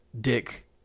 Dick